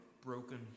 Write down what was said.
broken